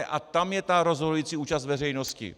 A tam je ta rozhodující účast veřejnosti.